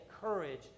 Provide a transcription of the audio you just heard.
courage